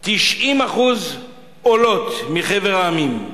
90% עולות מחבר המדינות.